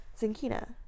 Zinkina